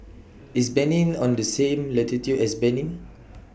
IS Benin on The same latitude as Benin